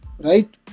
right